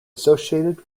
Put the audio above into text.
associated